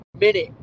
minute